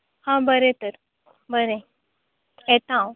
आं बरें तर बरें येता हांव